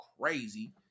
crazy